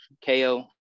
K-O